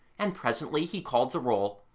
and presently he called the roll,